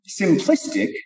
simplistic